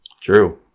True